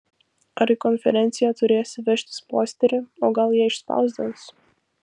ar į konferenciją turėsi vežtis posterį o gal jie išspausdins